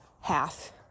half